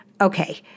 Okay